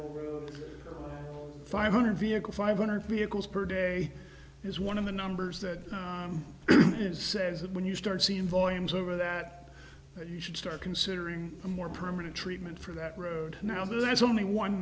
road five hundred vehicle five hundred vehicles per day is one of the numbers that says that when you start seeing volumes over that you should start considering a more permanent treatment for that road now there's only one